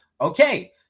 Okay